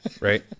Right